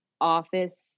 office